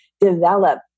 develop